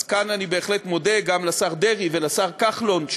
כאן אני בהחלט מודה גם לשר דרעי ולשר כחלון,